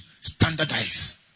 standardize